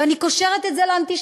ואני קושרת את זה לאנטישמיות,